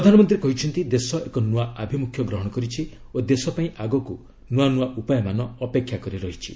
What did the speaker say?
ପ୍ରଧାନମନ୍ତ୍ରୀ କହିଛନ୍ତି ଦେଶ ଏକ ନୂଆ ଆଭିମୁଖ୍ୟ ଗ୍ରହଣ କରିଛି ଓ ଦେଶପାଇଁ ଆଗକୁ ନୂଆ ନୂଆ ଉପାୟମାନ ଅପେକ୍ଷା କରି ରହିଛି